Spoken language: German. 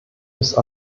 ist